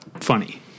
funny